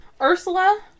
Ursula